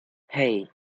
hey